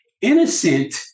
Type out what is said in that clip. Innocent